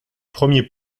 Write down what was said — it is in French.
premier